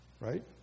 right